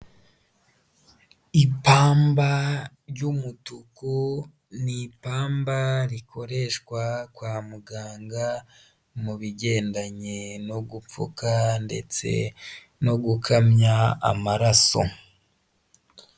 Ipamba ry'umutuku, ni ipamba rikoreshwa kwa muganga mu bigendanye no gupfuka ndetse no gukamya amaraso.